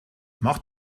mach